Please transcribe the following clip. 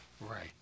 Right